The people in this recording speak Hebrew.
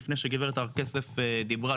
לפני שגברת הר כסף דיברה,